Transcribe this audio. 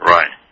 Right